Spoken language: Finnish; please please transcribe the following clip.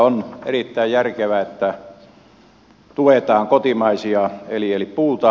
on erittäin järkevää että tuetaan kotimaisia eli puuta